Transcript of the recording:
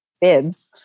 bibs